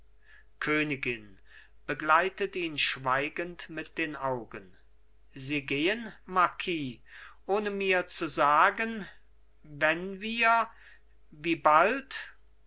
königin begleitet ihn schweigend mit den augen sie gehen marquis ohne mir zu sagen wann wir wie bald